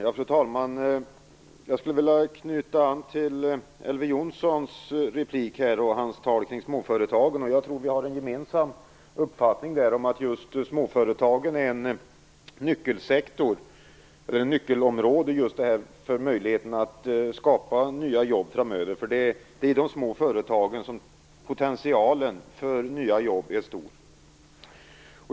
Fru talman! Jag skulle vilja knyta an till Elver Jonssons replik och hans tal kring småföretagen. Jag tror att vi har samma uppfattning om att just småföretagen är en nyckelsektor vad gäller möjligheterna att skapa nya jobb framöver. Det är i de små företagen som potentialen för nya jobb är stor.